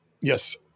Yes